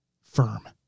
Firm